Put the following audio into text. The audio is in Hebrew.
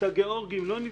את הגיאורגים לא נבדוק?